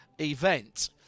event